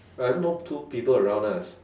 but have no two people around us